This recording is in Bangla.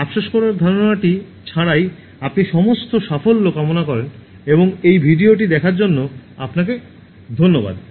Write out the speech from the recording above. আফসোস করার ধারণাটি ছাড়াই আপনি সমস্ত সাফল্য কামনা করেন এবং এই ভিডিওটি দেখার জন্য আপনাকে ধন্যবাদ